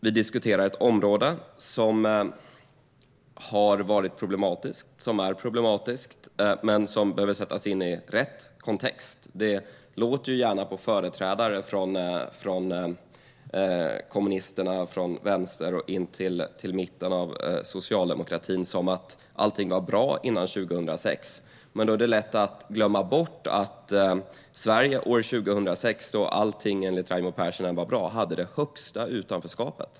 Vi diskuterar ett område som har varit problematiskt och är problematiskt, men det behöver sättas in i rätt kontext. Det låter gärna på företrädare från kommunisterna - från vänster och in till mitten av socialdemokratin - som att allt var bra innan 2006. Men då är det lätt att glömma bort att Sverige år 2006, då allt enligt Raimo Pärssinen var bra, hade det högsta antalet i utanförskap.